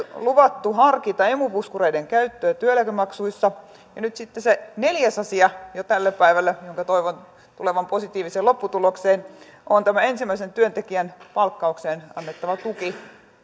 luvattu harkita emu puskureiden käyttöä työeläkemaksuissa ja nyt sitten tälle päivälle jo se neljäs asia jonka toivon tulevan positiiviseen lopputulokseen on on tämä ensimmäisen työntekijän palkkaukseen annettava tuki